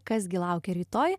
kas gi laukia rytoj